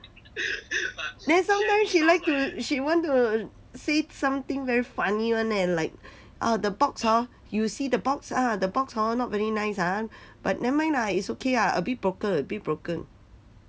then sometimes she like to she want to say something very funny [one] eh like orh the box hor you see the box ah the box hor not very nice ah but never mind ah is okay ah a bit broken a bit broken